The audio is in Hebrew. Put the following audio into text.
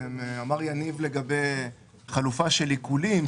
אמר יניב לגבי חלופה של עיקולים,